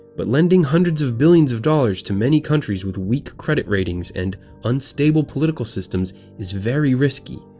but lending hundreds of billions of dollars to many countries with weak credit ratings and unstable political systems is very risky.